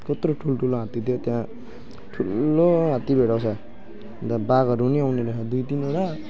कत्रो ठुल्ठुलो हात्ती थियो त्यहाँ ठुलो हात्ती भेटाउँछ अन्त बाघहरू पनि आउने रहेछ दुई तिनवटा